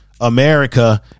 America